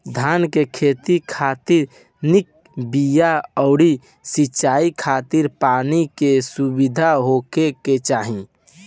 धान के खेती खातिर निक बिया अउरी सिंचाई खातिर पानी के सुविधा होखे के चाही